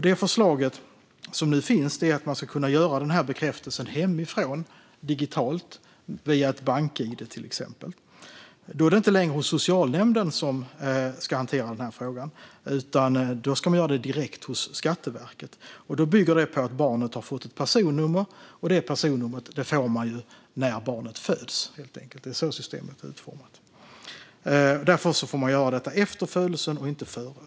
Det förslag som nu finns är att man ska kunna göra bekräftelsen hemifrån digitalt, till exempel via bank-id. Då är det inte längre socialnämnden som ska hantera frågan, utan man gör det direkt hos Skatteverket. Detta bygger på att barnet har fått ett personnummer, och det får barnet när det föds. Det är så systemet är utformat. Därför får man göra bekräftelsen efter födelsen, inte före.